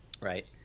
Right